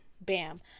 Bam